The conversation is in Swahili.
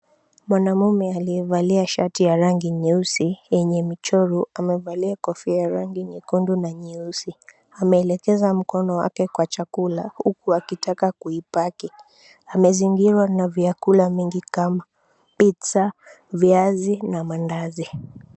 Mwanaume aliyevaa shati ya rangi nyeusi yenye michoro amevaa kofia ya rangi nyekundu na nyeusi. Ameelekeza mkono wake kwa chakula huku akitaka kuipaki. Amezungirwa na vyakula mingi kama pizza , viazi na mandazi.